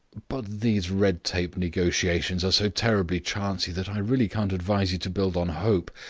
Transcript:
but these red-tape negotiations are so terribly chancy that i really can't advise you to build on hope,